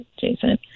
jason